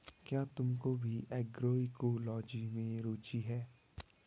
क्या तुमको भी एग्रोइकोलॉजी में रुचि है?